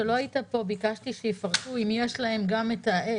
כשלא היית פה ביקשתי שיפרטו אם יש להם גם מעבר,